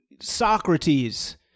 Socrates